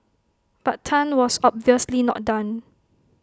but Tan was obviously not done